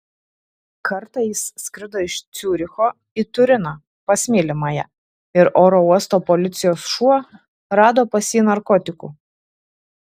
kartą jis skrido iš ciuricho į turiną pas mylimąją ir oro uosto policijos šuo rado pas jį narkotikų